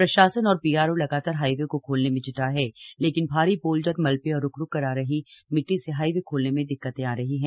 प्रशासन और बीआरओ लगातार हाईवे को खोलने में ज्टा है लेकिन भारी बोल्डर मलबे और रूकरूक आ रही मिट्टी से हाईवे खोलने में दिक्कतें आ रही हैं